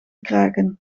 kraken